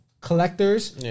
collectors